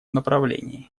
направлении